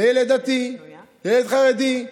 לילד דתי, לילד חרדי,